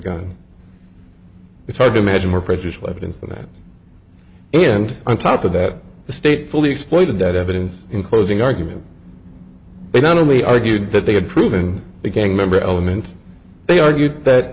gun it's hard to imagine more prejudicial evidence than that and on top of that the state fully exploited that evidence in closing argument they not only argued that they had proven a gang member element they argued that